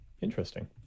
Interesting